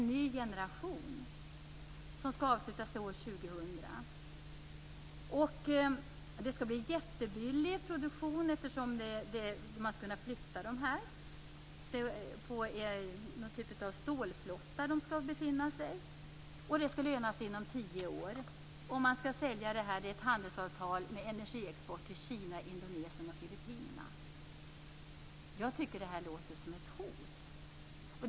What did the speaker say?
Arbetet skall avslutas vid år 2000. Produktionen skall vara jättebillig. De skall kunna flyttas på någon typ av stålflottar. Det hela skall löna sig inom tio år. Det finns ett handelsavtal med energiexport till Kina, Jag tycker att detta låter som ett hot.